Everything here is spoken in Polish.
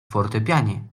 fortepianie